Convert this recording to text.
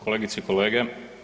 Kolegice i kolege.